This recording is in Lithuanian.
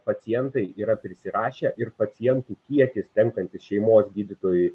pacientai yra prisirašę ir pacientų kiekis tenkantis šeimos gydytojui